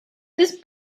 these